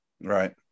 Right